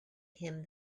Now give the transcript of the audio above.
him